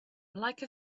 like